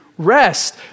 Rest